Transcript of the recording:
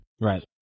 Right